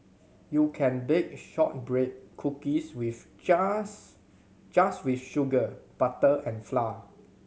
you can bake shortbread cookies with just just with sugar butter and flour